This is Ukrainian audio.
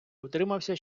утримався